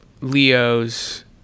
leo's